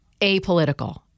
apolitical